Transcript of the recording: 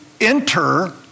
enter